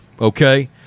okay